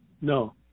No